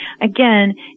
again